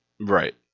Right